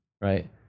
right